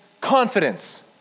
confidence